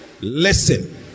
Listen